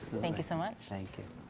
thank you so much. thank you.